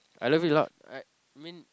I love it a lot I mean